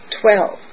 Twelve